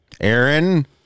Aaron